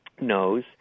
knows